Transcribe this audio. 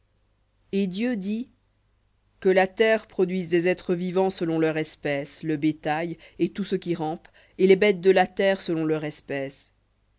et dieu dit que la terre produise des êtres vivants selon leur espèce le bétail et ce qui rampe et les bêtes de la terre selon leur espèce